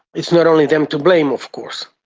is not only them to blame of course.